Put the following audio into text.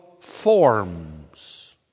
forms